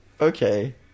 okay